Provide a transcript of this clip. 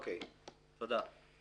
תודה.